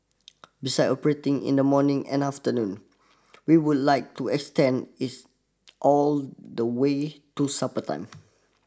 besides operating in the morning and afternoon we would like to extend its all the way to supper time